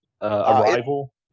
Arrival